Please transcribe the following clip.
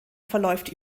verläuft